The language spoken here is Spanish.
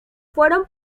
fueron